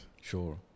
Sure